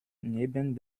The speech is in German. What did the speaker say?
neben